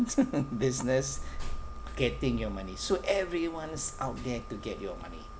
business getting your money so everyone's out there to get your money